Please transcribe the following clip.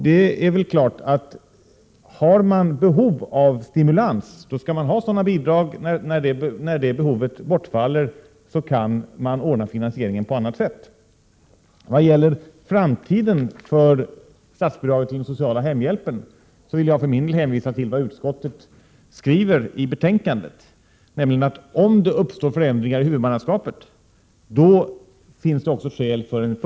Det är väl klart att har man behov av stimulans så skall man ha sådana bidrag, men när detta behov bortfaller kan finansieringen ordnas på annat sätt. Vad gäller framtiden för statsbidragen till den sociala hemhjälpen vill jag för min del hänvisa till vad utskottet skriver i betänkandet, nämligen att om det uppstår förändringar i huvudmannaskapet finns det också skäl för en Prot.